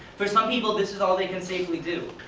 for some people, this is all they can safely do.